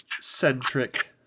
centric